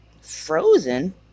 frozen